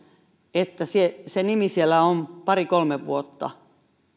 että se se nimi siellä on pari kolme vuotta